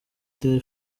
the